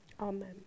Amen